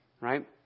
right